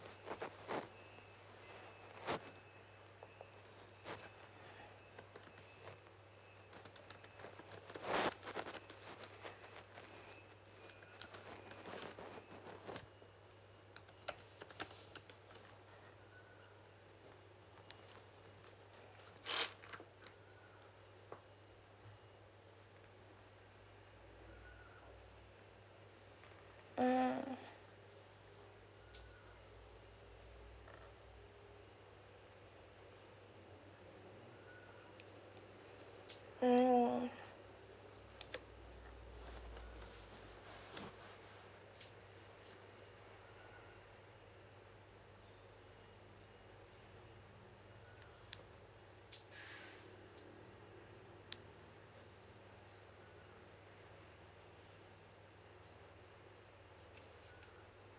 mm mm